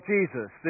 Jesus